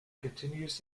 continues